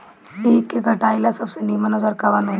ईख के कटाई ला सबसे नीमन औजार कवन होई?